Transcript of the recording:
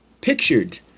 pictured